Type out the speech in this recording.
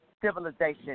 civilization